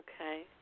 Okay